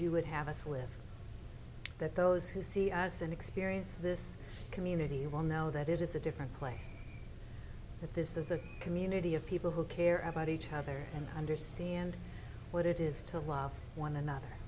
you would have us live that those who see us and experience this community you will know that it is a different place that this is a community of people who care about each other and understand what it is to love one another